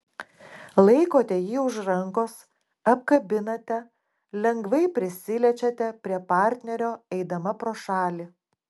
laikote jį už rankos apkabinate lengvai prisiliečiate prie partnerio eidama pro šalį